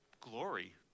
glory